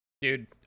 dude